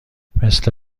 مثل